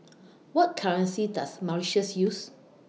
What currency Does Mauritius use